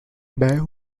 bear